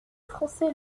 français